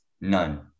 none